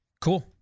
cool